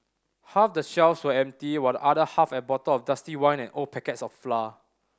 half the shelves were empty while the other half had bottles of dusty wine and old packets of flour